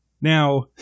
now